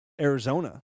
Arizona